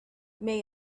may